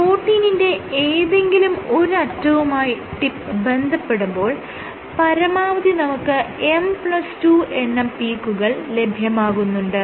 പ്രോട്ടീനിന്റെ ഏതെങ്കിലും ഒരറ്റവുമായി ടിപ്പ് ബന്ധപ്പെടുമ്പോൾ പരമാവധി നമുക്ക് M2 എണ്ണം പീക്കുകൾ ലഭ്യമാകുന്നുണ്ട്